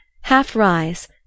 half-rise